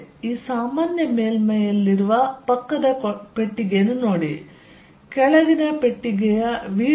ಈ ಸಾಮಾನ್ಯ ಮೇಲ್ಮೈಯಲ್ಲಿರುವ ಪಕ್ಕದ ಪೆಟ್ಟಿಗೆಯನ್ನು ನೋಡಿ ಕೆಳಗಿನ ಪೆಟ್ಟಿಗೆಯ v